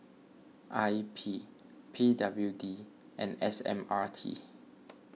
I P P W D and S M R T